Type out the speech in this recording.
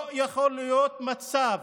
לא יכול להיות מצב